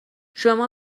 شما